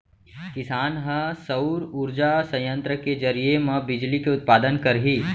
किसान ह सउर उरजा संयत्र के जरिए म बिजली के उत्पादन करही